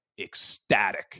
ecstatic